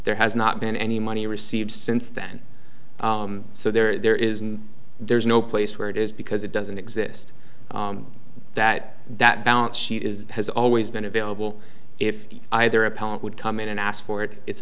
there has not been any money received since then so there is and there's no place where it is because it doesn't exist that that balance sheet is has always been available if either opponent would come in and ask for it it's